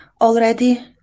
already